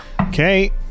Okay